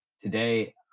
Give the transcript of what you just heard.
Today